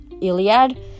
Iliad